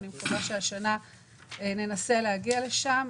אני מקווה שהשנה ננסה להגיע לשם.